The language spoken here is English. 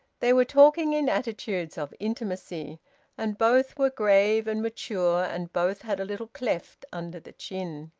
they were talking in attitudes of intimacy and both were grave and mature, and both had a little cleft under the chin.